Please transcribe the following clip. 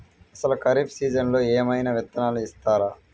అసలు ఖరీఫ్ సీజన్లో ఏమయినా విత్తనాలు ఇస్తారా?